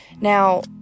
Now